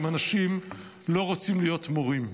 אם אנשים לא רוצים להיות מורים?